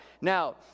Now